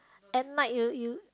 at night you you